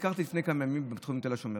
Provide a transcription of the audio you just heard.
ביקרתי לפני כמה ימים בבית החולים תל השומר,